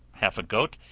half a goat,